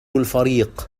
الفريق